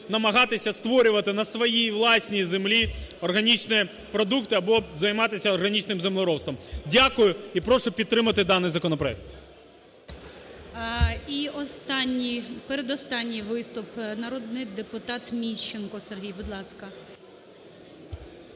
намагатися створювати на своїй власній землі органічні продукти або займатися органічним землеробством. Дякую. І прошу підтримати даний законопроект.